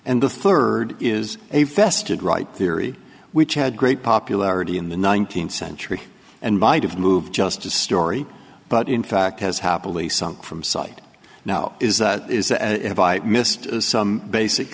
and the third is a vested right theory which had great popularity in the nineteenth century and might have moved just a story but in fact has happily sunk from sight now is that if i missed some basic